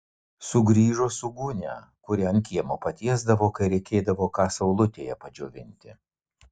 sugrįžo su gūnia kurią ant kiemo patiesdavo kai reikėdavo ką saulutėje padžiovinti